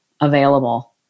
available